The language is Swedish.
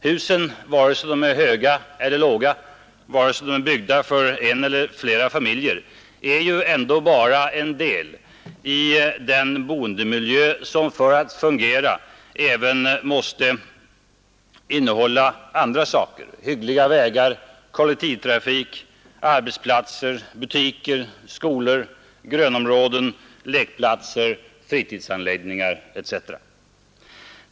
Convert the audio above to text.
Husen vare sig de är höga eller låga, vare sig de är byggda för en eller flera familjer är ju ändå bara en del av den boendemiljö som för att fungera även måste innehålla andra saker — hyggliga vägar, kollektivtrafik, arbetsplatser, butiker, skolor, grönområden, lekplatser, fritidsanläggningar etc.